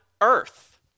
earth